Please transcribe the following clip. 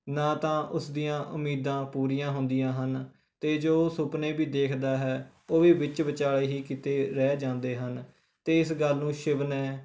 ਨਾ ਤਾਂ ਉਸ ਦੀਆਂ ਉਮੀਦਾਂ ਪੂਰੀਆਂ ਹੁੰਦੀਆਂ ਹਨ ਅਤੇ ਜੋ ਉਹ ਸੁਪਨੇ ਵੀ ਦੇਖਦਾ ਹੈ ਉਹ ਵੀ ਵਿੱਚ ਵਿਚਾਲੇ ਹੀ ਕਿਤੇ ਰਹਿ ਜਾਂਦੇ ਹਨ ਅਤੇ ਇਸ ਗੱਲ ਨੂੰ ਸ਼ਿਵ ਨੇ